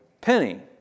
penny